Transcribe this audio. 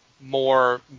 more